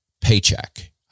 paycheck